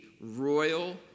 royal